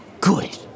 good